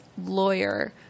lawyer